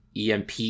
EMP